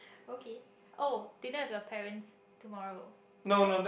okay oh dinner with your parents tomorrow is it